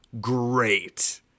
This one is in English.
great